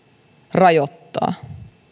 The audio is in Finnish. rajoittaa